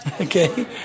okay